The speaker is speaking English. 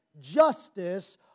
justice